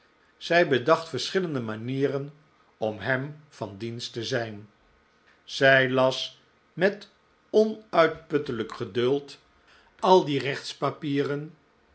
zij bedacht yerschillende manieren om hem van dienst te zijn zij las met onuitputtelijk geduld al die